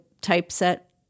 typeset